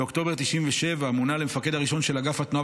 באוקטובר 1997 מונה למפקד הראשון של אגף התנועה